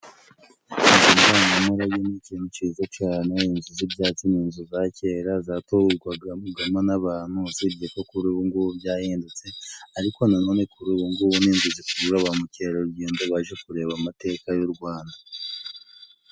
Inzu ndangamurage ni ikintu ciza cane， inzu z'ibyatsi ni inzu za kera zaturwagamo n'abantu， usibye ko kuri ubungubu byahindutse， ariko na none kuri ubungubu ni inzu zikurura ba mukerarugendo， baje kureba amateka y'u Rwanda.